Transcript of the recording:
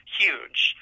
huge